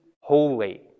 holy